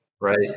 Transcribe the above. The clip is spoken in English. right